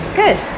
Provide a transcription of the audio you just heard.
good